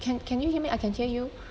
can can you hear me I can hear you